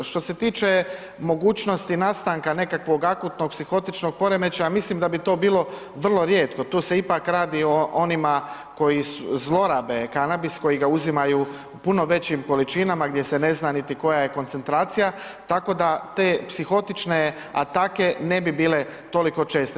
Što se tiče mogućnosti nastanka nekakvog akutnog psihotičnog poremećaja mislim da bi to bilo vrlo rijetko, tu se ipak radi o onima koji zlorabe kanabis, koji ga uzimaju u puno većim količinama, gdje se ne zna niti koja je koncentracija, tako da te psihotične atake ne bi bile toliko česte.